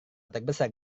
terbesar